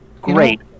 great